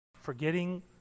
Forgetting